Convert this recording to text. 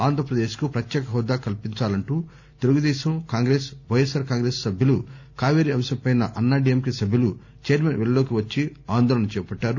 ఆంధ్రప్రదేశ్కు ప్రత్యేక హెూదా కల్పించాలంటూ తెలుగుదేశం కాంగ్రెస్ వైఎస్సార్ కాంగ్రెస్ సభ్యులు కావేరీ అంశంపై అన్నాడీఎంకే సభ్యులు ఛైర్మన్ వెల్లోకి వచ్చి ఆందోళన చేపట్టారు